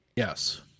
Yes